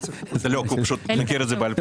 הוא פשוט מכיר את זה בעל פה.